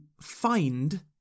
find